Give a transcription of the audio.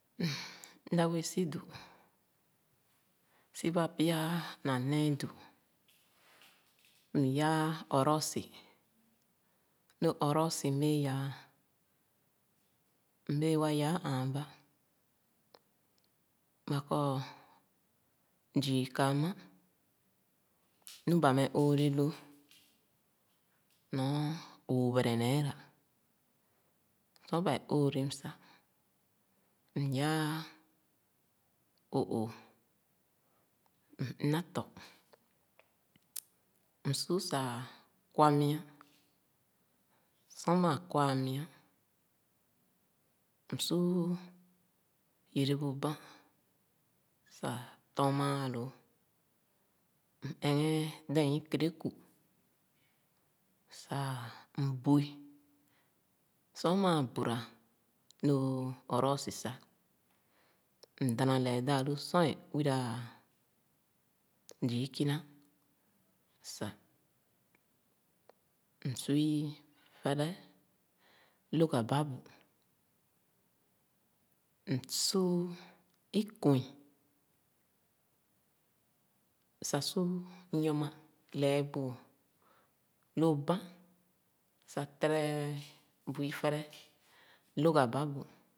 Mda bēē si du; si ba pya na nēē du, m yan ɔrosi. Lo ɔrɔɔsi m’bēē yaa, m’bēē wa yaa āān bā. Bakoo, zii ka ama, nu ba meh ōōreh lōō, m’ina tɔ. Msu sah kwa mia. Sor maa kwa’a mia, m’su sah yerebu bān, sah tɔn māā loo. M’ ɛghen dɛɛn ikereku. sah m’bu’i. Sor maa buira lō ɔrɔɔsi sah. m’dana lɛɛ daa-lu sor é uwira zii ikina sah. Msu ifere loga babu, isu Ikwin sah su yɔ’ma lɛɛ bu lō bān sah tere bu ifere loga ba bu.̣